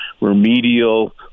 remedial